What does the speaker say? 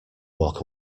walk